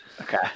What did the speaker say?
Okay